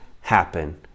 happen